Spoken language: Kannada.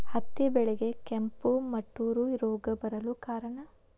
ಹತ್ತಿ ಬೆಳೆಗೆ ಕೆಂಪು ಮುಟೂರು ರೋಗ ಬರಲು ಕಾರಣ?